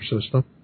system